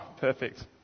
perfect